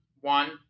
One